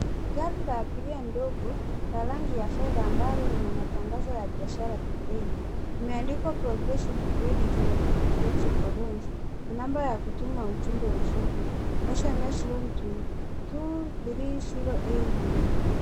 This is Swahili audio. Gari la abiria ndogo la rangi ya fedha ambalo lina matangazo ya biashara pembeni. Limeandikwa Progressive credit na quick flexible loans [ca] na namba ya kutuma ujumbe mfupi sms loan to two three zero eight three .